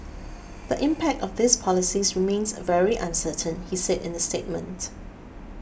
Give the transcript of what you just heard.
the impact of these policies remains very uncertain he said in the statement